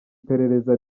perereza